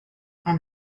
and